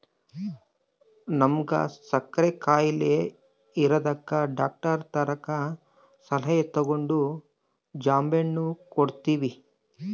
ನಮ್ವಗ ಸಕ್ಕರೆ ಖಾಯಿಲೆ ಇರದಕ ಡಾಕ್ಟರತಕ ಸಲಹೆ ತಗಂಡು ಜಾಂಬೆಣ್ಣು ಕೊಡ್ತವಿ